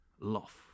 loft